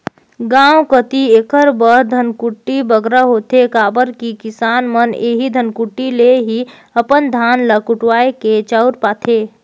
गाँव कती एकर बर धनकुट्टी बगरा होथे काबर कि किसान मन एही धनकुट्टी ले ही अपन धान ल कुटवाए के चाँउर पाथें